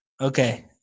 Okay